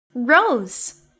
Rose